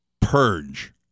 Purge